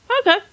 Okay